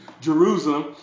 Jerusalem